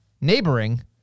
neighboring